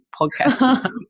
Podcast